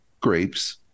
grapes